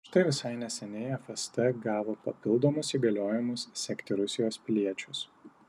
štai visai neseniai fst gavo papildomus įgaliojimus sekti rusijos piliečius